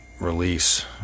release